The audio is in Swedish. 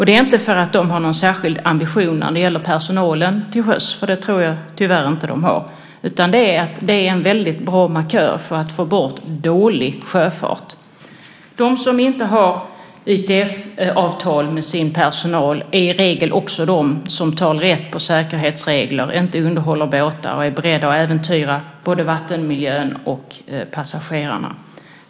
Det är inte för att de har någon särskild ambition när det gäller personalen till sjöss. Det tror jag tyvärr inte de har, utan det är en väldigt bra markör för att få bort dålig sjöfart. De som inte har ITF-avtal med sin personal är i regel också de som tar lätt på säkerhetsregler, inte underhåller båtar och är beredda att äventyra både vattenmiljön och passagerarna.